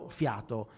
fiato